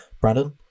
Brandon